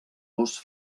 gos